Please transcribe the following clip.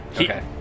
Okay